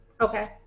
Okay